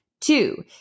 Two